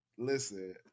listen